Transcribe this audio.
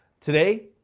today,